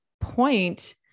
point